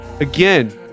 again